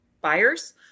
buyers